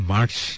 March